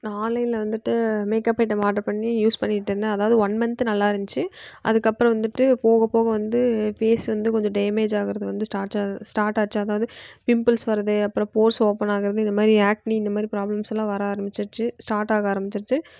நான் ஆன்லைனில் வந்துட்டு மேக்கப் ஐட்டம் ஆட்ரு பண்ணி யூஸ் பண்ணிட்டுருந்தேன் அதாவது ஒன் மந்த் நல்லா இருந்துச்சு அதுக்கப்புறம் வந்துட்டு போக போக வந்து ஃபேஸ் வந்து கொஞ்சம் டேமேஜ் ஆகுறது வந்து ஸ்டார்ச் ஸ்டார்ட் ஆச்சு அதாவது பிம்பிள்ஸ் வரது அப்புறம் போஸ் ஓப்பன் ஆகிறது இது மாதிரி ஆக்னி இந்த மாதிரி ப்ராப்ளம்ஸ்லாம் வர ஆரம்மிச்சுருச்சு ஸ்டார்ட் ஆக ஆரம்மிச்சுருச்சு